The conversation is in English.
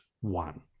one